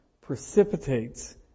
precipitates